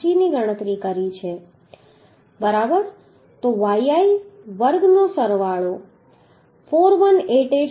86ની ગણતરી કરી છે બરાબર તો yi વર્ગનો સરવાળો 418877